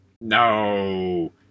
No